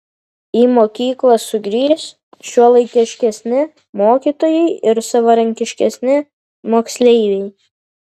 į mokyklas sugrįš šiuolaikiškesni mokytojai ir savarankiškesni moksleiviai